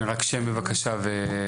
כן, רק שם בבקשה ותפקיד.